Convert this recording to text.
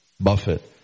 Buffett